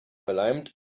verleimt